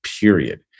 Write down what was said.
period